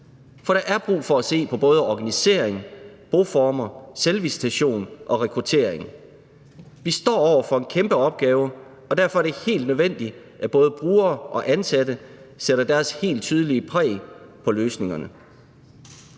for der er brug for at se på både organisering, boformer, selvvisitation og rekruttering. Vi står over for en kæmpe opgave, og derfor er det helt nødvendigt, at både brugere og ansatte sætter deres tydelige præg på løsningerne.